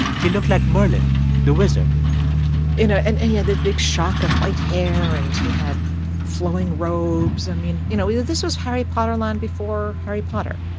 he looked like merlin the wizard you know and and he had the big shock of white hair. and he had flowing robes. i mean, you know, this was harry potter long before harry potter.